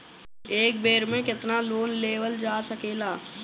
एक बेर में केतना लोन लेवल जा सकेला?